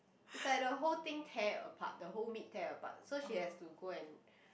it's like the whole thing tear apart the whole meat tear apart so she has to go and